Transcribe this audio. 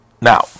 Now